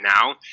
now